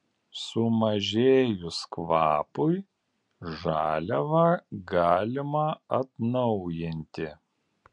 sumažėjus kvapui žaliavą galima atnaujinti